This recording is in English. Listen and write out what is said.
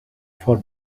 for